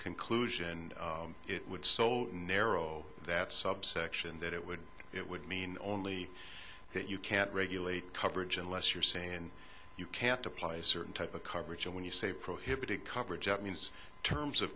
conclusion it would so narrow that subsection that it would it would mean only that you can't regulate coverage unless you're saying you can't apply a certain type of coverage when you say prohibited coverage means terms of